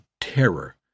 terror